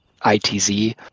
ITZ